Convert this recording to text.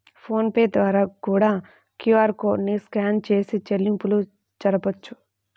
phone pay ద్వారా కూడా QR code ని స్కాన్ చేసి చెల్లింపులు జరపొచ్చు